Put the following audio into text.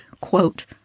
quote